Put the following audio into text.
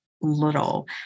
little